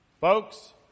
Folks